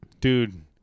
dude